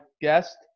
guest